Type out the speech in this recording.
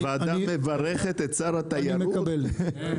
הוועדה מברכת את שר התיירות בכניסתו.